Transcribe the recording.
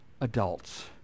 adults